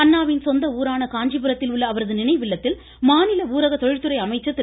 அண்ணாவின் சொந்த ஊரான காஞ்சிபுரத்தில் உள்ள அவரது நினைவில்லத்தில் மாநில ஊரக தொழிற்துறை அமைச்சர் திரு